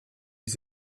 les